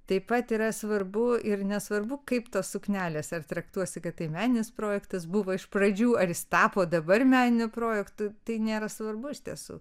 taip pat yra svarbu ir nesvarbu kaip tos suknelės ar traktuosi kad tai meninis projektas buvo iš pradžių ar jis tapo dabar meniniu projektu tai nėra svarbu iš tiesų